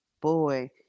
boy